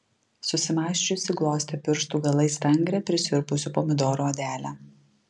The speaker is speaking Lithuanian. susimąsčiusi glostė pirštų galais stangrią prisirpusių pomidorų odelę